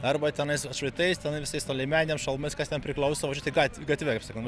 arba tenai su atšvaitais tenai visais to liemenėm šalmais kas ten priklauso važiuoti gatve gatve kaip sakau nu